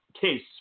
case